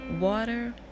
water